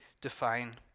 define